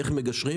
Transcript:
איך מגשרים?